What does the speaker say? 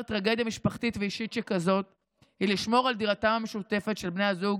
טרגדיה משפחתית ואישית שכזאת הוא לשמור על דירתם המשותפת של בני הזוג